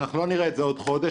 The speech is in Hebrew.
ואנחנו לא נראה את זה עוד חודש,